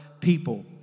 people